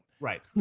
right